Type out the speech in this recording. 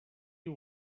you